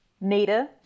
Nita